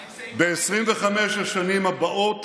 מה עם סעיף, ב-25 השנים הבאות